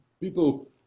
people